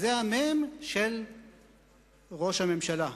זה המ"ם של ראש הממשלה.